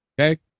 okay